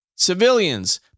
civilians